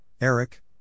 Eric